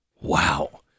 Wow